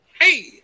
Hey